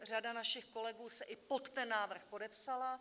Řada našich kolegů se i pod ten návrh podepsala.